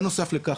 בנוסף לכך,